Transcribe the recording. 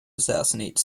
assassinate